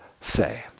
say